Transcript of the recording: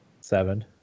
Seven